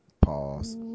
pause